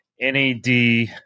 NAD